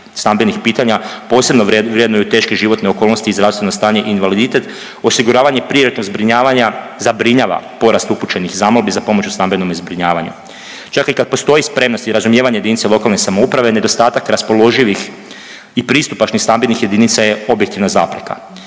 stambenih pitanja posebno vrednuju teške životne okolnosti i zdravstveno stanje i invaliditete, osiguravanje privatnog zbrinjavanja zabrinjava porast upućenih zamolbi za pomoć u stambenome zbrinjavanju. Čak i kad postoji spremnost i razumijevanje jedinice lokalne samouprave nedostatak raspoloživih i pristupačnih stambenih jedinica je objektivna zapreka.